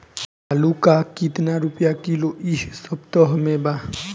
आलू का कितना रुपया किलो इह सपतह में बा?